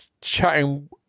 chatting